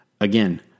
again